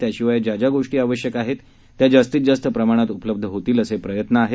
त्याशिवाय ज्या ज्या गोष्टी आवश्यक आहेत त्या जास्तीत जास्त प्रमाणात उपलब्ध होतील असे प्रयत्न आहेत